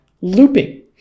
looping